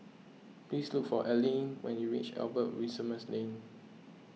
please look for Allene when you reach Albert Winsemius Lane